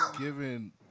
given